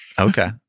Okay